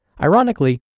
Ironically